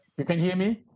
you can hear me?